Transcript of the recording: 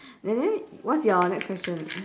and then what's your next question